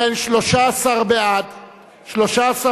הצעת סיעות חד"ש רע"ם-תע"ל בל"ד להביע אי-אמון בממשלה לא נתקבלה.